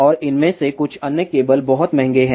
और इनमें से कुछ अन्य केबल बहुत महंगे हैं